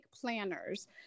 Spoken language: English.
planners